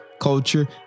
Culture